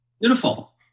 Beautiful